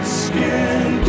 skin